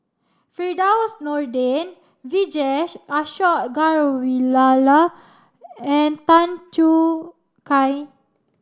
Firdaus Nordin Vijesh Ashok Ghariwala and Tan Choo Kai